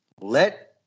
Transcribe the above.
let